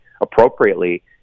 appropriately